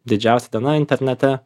didžiausia diena internete